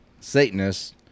Satanists